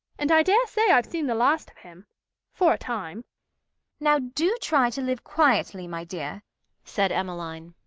and i dare say i've seen the last of him for a time now do try to live quietly, my dear said emmeline.